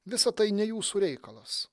visa tai ne jūsų reikalas